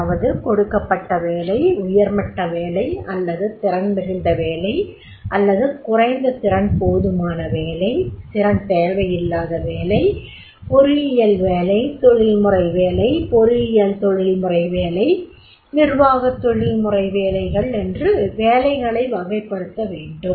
அதாவது கொடுக்கப்பட்ட வேலை உயர் மட்ட வேலை அல்லது திறன் மிகுந்த வேலை அல்லது குறைந்த திறன் போதுமான வேலை திறமை தேவையில்லாத வேலை பொறியியல் வேலை தொழில்முறை வேலை பொறியியல் தொழில்முறை வேலை நிர்வாக தொழில்முறை வேலைகள் என்று வேலைகளை வகைப்படுத்த வேண்டும்